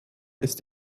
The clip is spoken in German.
ist